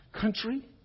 country